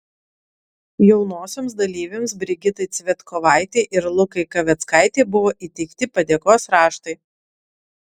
jaunosioms dalyvėms brigitai cvetkovaitei ir lukai kaveckaitei buvo įteikti padėkos raštai